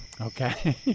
Okay